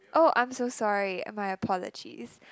oh I'm so sorry my apologies